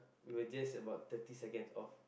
we were just about thirty seconds off